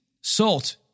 salt